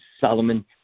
Solomon